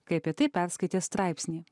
kai apie tai perskaitė straipsnį